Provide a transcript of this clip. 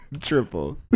Triple